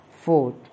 fourth